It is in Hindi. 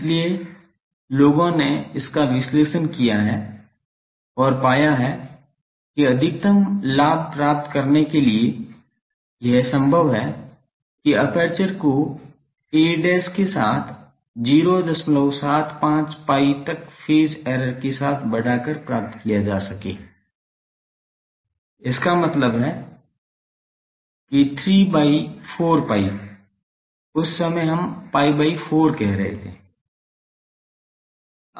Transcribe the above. इसलिए लोगों ने इसका विश्लेषण किया है और पाया है कि अधिकतम लाभ प्राप्त करने के लिए यह संभव है कि एपर्चर को a' के साथ 075 pi तक फेज एरर के साथ बढ़ाकर प्राप्त किया जा सके इसका मतलब है कि 3 by 4 pi उस समय हम pi by 4 कह रहे हैं